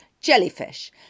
Jellyfish